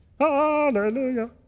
Hallelujah